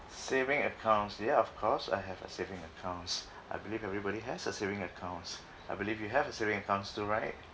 saving accounts ya of course I have a saving accounts I believe everybody has a saving accounts I believe you have a saving accounts too right